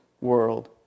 world